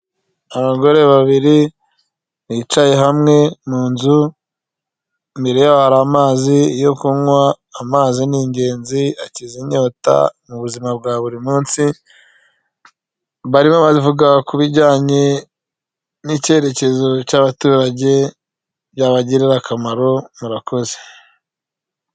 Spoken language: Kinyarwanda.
Abagore babiri bicaye hamwe mu nzu, imbere yaho hari amazi yo kunywa, amazi ni ingenzi, akiza inyota mu buzima bwa buri munsi, barimo baravuga ku bijyanye n'icyerekezo cy'abaturage cyabagirira akamaro murakoze.